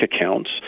accounts